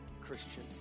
Christian